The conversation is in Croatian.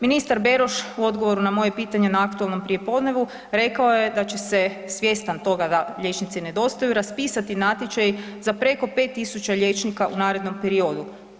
Ministar Beroš u odgovoru na moje pitanje na aktualnom prijepodnevu rekao je da će se svjestan toga da liječnici nedostaje raspisati natječaj za preko 5.000 liječnika u narednom periodu.